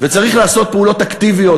וצריך לעשות פעולות אקטיביות,